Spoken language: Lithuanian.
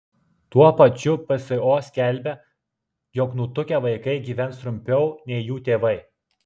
tuo pačiu pso skelbia jog nutukę vaikai gyvens trumpiau nei jų tėvai